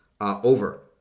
over